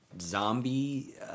Zombie